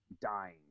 Dying